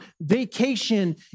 vacation